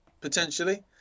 Potentially